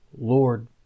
Lord